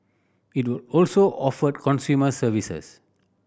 it will also offer consumer services